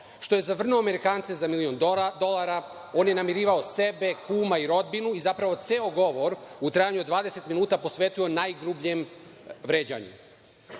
što je zavrnuo Amerikance za milion dolara. On je namirivao sebe, kuma i rodbinu i zapravo ceo govor u trajanju od 20 minuta je posvetio najgrubljem vređanju